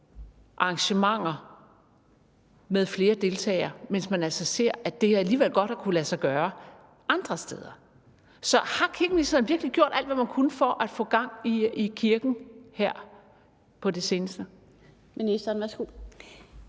arrangementer med flere deltagere, mens man altså ser, at det alligevel godt har kunnet lade sig gøre andre steder. Så har kirkeministeren virkelig gjort alt, hvad man kunne, for at få gang i kirken her på det seneste? Kl. 17:16 Den fg.